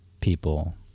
people